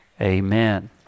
Amen